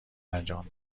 انجام